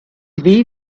wie